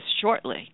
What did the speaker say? shortly